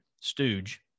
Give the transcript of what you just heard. stooge